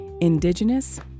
Indigenous